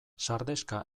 sardexka